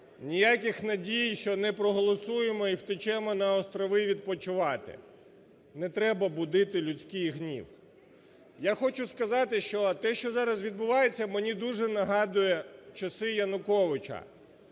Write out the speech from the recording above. ніяких надій, що не проголосуємо і втечемо на острови відпочивати. Не треба будити людський гнів. Я хочу сказати, що те, що зараз відбувається, мені дуже нагадує часи Януковича.